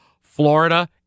Florida